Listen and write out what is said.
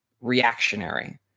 reactionary